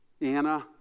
Anna